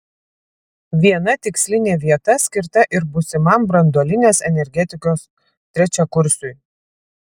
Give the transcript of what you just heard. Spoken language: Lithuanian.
viena tikslinė vieta skirta ir būsimam branduolinės energetikos trečiakursiui